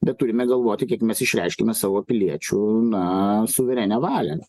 bet turime galvoti kiek mes išreiškiame savo piliečių na suverenią valią